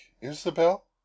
Isabel